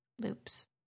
loops